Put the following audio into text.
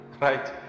right